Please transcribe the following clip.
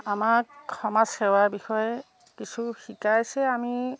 আমাক সমাজ সেৱাৰ বিষয়ে কিছু শিকাইছে আমি